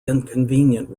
inconvenient